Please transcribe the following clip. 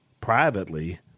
privately